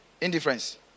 Indifference